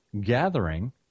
gathering